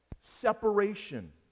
Separation